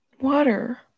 water